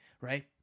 right